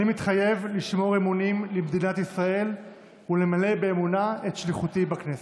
אני מתחייב לשמור אמונים למדינת ישראל ולמלא באמונה את שליחותי בכנסת.